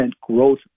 growth